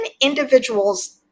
individuals